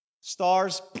Stars